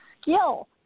skill